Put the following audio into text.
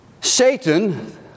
Satan